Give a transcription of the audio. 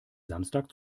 samstag